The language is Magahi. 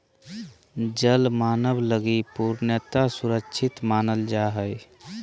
जल मानव लगी पूर्णतया सुरक्षित मानल जा हइ